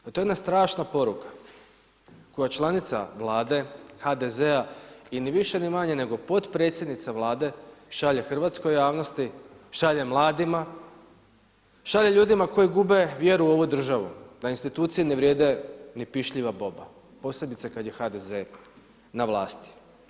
Pa to je jedna strašna poruka koja članica Vlade, HDZ i ni više ni manje nego potpredsjednica Vlade šalje hrvatskoj javnosti, šalje mladima, šalje ljudima koji gube vjeru u ovu državu da institucije ne vrijede ni pišljiva boba, posebice kad je HDZ na vlasti.